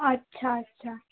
अच्छा अच्छा